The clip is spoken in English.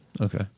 Okay